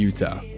Utah